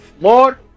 Lord